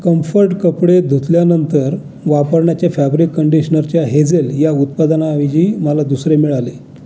comfort कपडे धुतल्यानंतर वापरण्याच्या फॅब्रिक कंडिशनरच्या हेझेल या उत्पादनाऐवजी मला दुसरे मिळाले